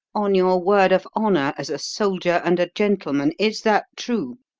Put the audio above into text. on your word of honour as a soldier and a gentleman, is that true?